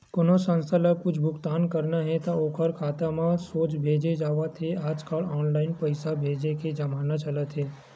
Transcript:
कोनो संस्था ल कुछ भुगतान करना हे त ओखर खाता म सोझ भेजे जावत हे आजकल ऑनलाईन पइसा भेजे के जमाना चलत हे